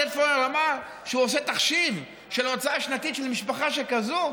עודד פורר אמר שהוא עושה תחשיב של הוצאה שנתית למשפחה שכזאת,